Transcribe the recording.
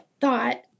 thought